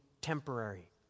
temporary